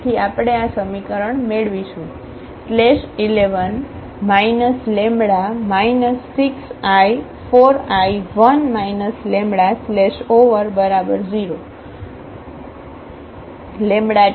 તેથી આપણે આ સમીકરણ મેળવીશું 11 λ 6i 4i 1 λ 0